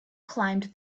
climbed